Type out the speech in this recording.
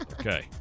Okay